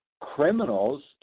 criminals